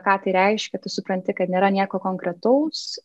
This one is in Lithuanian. ką tai reiškia tu supranti kad nėra nieko konkretaus